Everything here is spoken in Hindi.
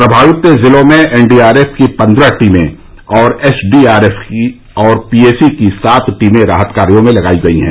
प्रमावित जिलों मे एनडीआरएफ की पन्द्रह टीमें और एसडीआरएफ और पीएसी की सात टीमें राहत कार्यो में लगाई गई हैं